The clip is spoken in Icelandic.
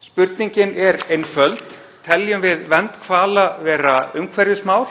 Spurningin er einföld: Teljum við vernd hvala vera umhverfismál